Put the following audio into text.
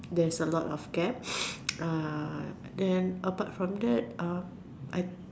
there's a lot of gaps err then apart from that I